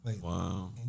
Wow